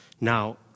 Now